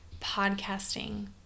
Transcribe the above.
podcasting